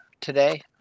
today